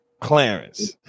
Clarence